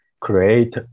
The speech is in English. create